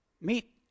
Meet